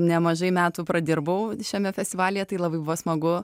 nemažai metų pradirbau šiame festivalyje tai labai buvo smagu